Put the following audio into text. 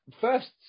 first